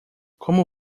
como